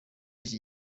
iki